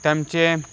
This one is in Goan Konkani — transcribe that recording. तांचें